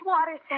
Water